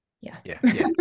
Yes